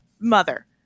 mother